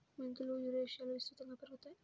మెంతులు యురేషియాలో విస్తృతంగా పెరుగుతాయి